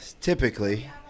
Typically